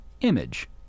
image